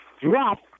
drop